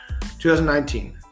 2019